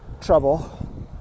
trouble